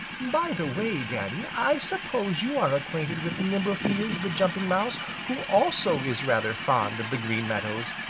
by the way, danny, i suppose you are acquainted with nimbleheels the jumping mouse, who also is rather fond of the green meadows.